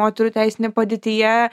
moterų teisinė padėtyje